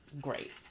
Great